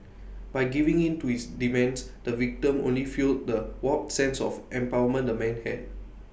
by giving in to his demands the victim only fuelled the warped sense of empowerment the man had